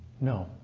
No